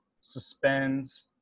suspends